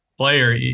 Player